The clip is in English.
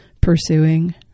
pursuing